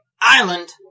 Island